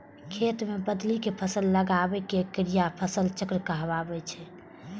खेत मे बदलि कें फसल लगाबै के क्रिया फसल चक्र कहाबै छै